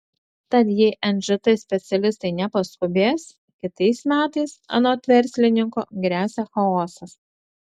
tad jei nžt specialistai nepaskubės kitais metais anot verslininko gresia chaosas